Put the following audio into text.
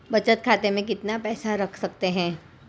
बचत खाते में कितना पैसा रख सकते हैं?